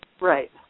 Right